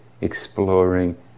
exploring